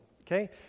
okay